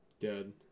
dead